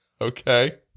Okay